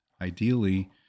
ideally